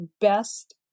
best